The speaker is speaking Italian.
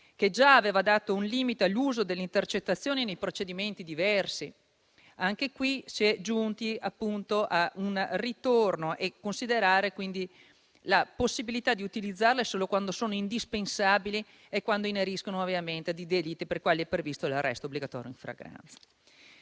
che già aveva stabilito un limite all'uso delle intercettazioni nei procedimenti diversi. Anche qui si è giunti a un ritorno, considerando la possibilità di utilizzarle solo quando sono indispensabili e quando ineriscono a delitti per i quali è previsto l'arresto obbligatorio in flagranza.